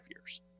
years